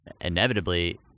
inevitably